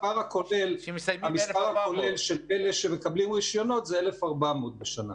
המספר הכולל של אלה שמקבלים רישיונות זה 1,400 בשנה.